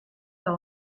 par